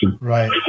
Right